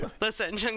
listen